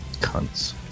Cunts